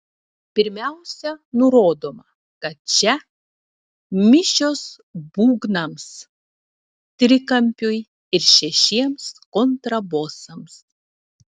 pirmiausia nurodoma kad čia mišios būgnams trikampiui ir šešiems kontrabosams